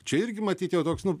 čia irgi matyt jau toks nu